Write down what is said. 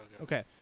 Okay